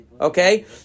Okay